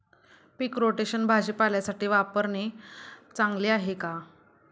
पीक rotation भाजीपाल्यासाठी वापरणे चांगले आहे का?